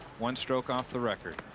one stroke off the record.